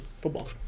Football